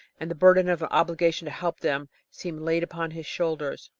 and the burden of an obligation to help them seemed laid upon his shoulders.